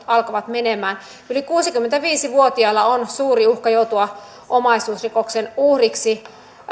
alkavat menemään yli kuusikymmentäviisi vuotiailla on suuri uhka joutua omaisuusrikoksen uhriksi